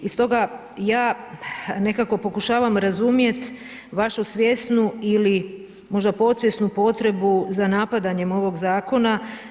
I stoga ja nekako pokušavam razumijeti vašu svjesnu ili možda podsvjesnu potrebu za napadanjem ovog zakona.